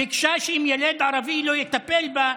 ביקשה שמיילד ערבי לא יטפל בה,